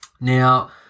Now